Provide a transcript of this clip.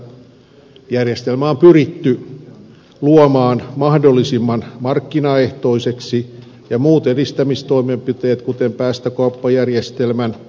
järjestelmä on pyritty luomaan mahdollisimman markkinaehtoiseksi ja muut edistämistoimenpiteet kuten päästökauppajärjestelmän huomioon ottavaksi